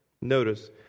Notice